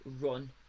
run